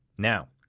now,